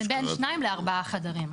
זה בין 2-4 חדרים.